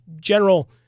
general